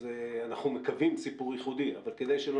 אנחנו מקווים שזה סיפור ייחודי אבל כדי שלא